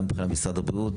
גם מבחינת משרד הבריאות,